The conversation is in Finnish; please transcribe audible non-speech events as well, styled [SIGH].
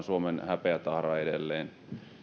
[UNINTELLIGIBLE] suomen häpeätahroja edelleen